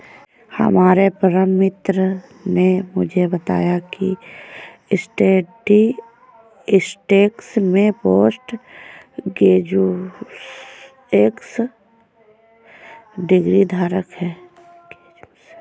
हमारे परम मित्र ने मुझे बताया की वह स्टेटिस्टिक्स में पोस्ट ग्रेजुएशन डिग्री धारक है